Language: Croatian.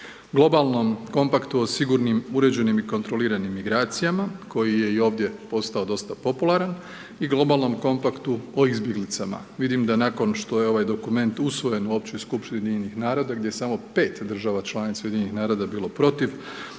Globalnom kompaktu o sigurnim uređenim i kontroliranim migracijama koji je i ovdje postao dosta popularan i Globalnom kompaktu o izbjeglicama, vidim da nakon što je ovaj dokument usvojen u Općoj skupštini UN-a gdje samo 5 država članica UN-a je bilo protiv,